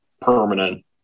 Permanent